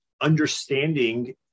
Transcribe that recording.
understanding